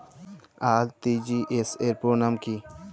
RTGS র পুরো নাম কি?